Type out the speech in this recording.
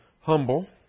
humble